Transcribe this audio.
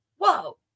Whoa